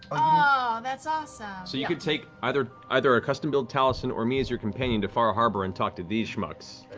ah that's awesome! matt so you could take either either a custom-build taliesin or me as your companion to far harbor and talk to these shmucks.